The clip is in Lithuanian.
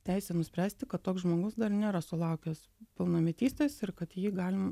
teisę nuspręsti kad toks žmogus dar nėra sulaukęs pilnametystės ir kad jį gali